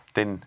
den